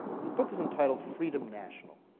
the book is entitled freedom national.